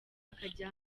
akajya